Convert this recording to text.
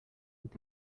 with